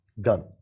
gun